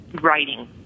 writing